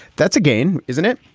that's a gain, isn't it?